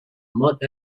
month